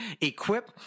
Equip